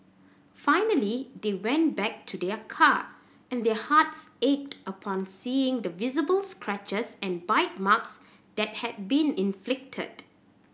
finally they went back to their car and their hearts ached upon seeing the visible scratches and bite marks that had been inflicted